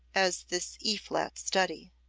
as this e flat study.